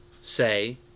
say